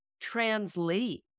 translate